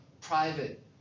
private